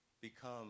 Become